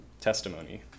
testimony